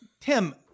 Tim